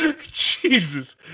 Jesus